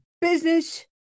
business